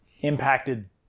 impacted